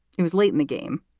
it was late in the game.